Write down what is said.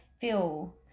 feel